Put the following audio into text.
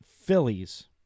Phillies